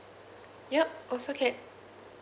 yup also can